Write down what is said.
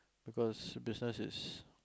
because business is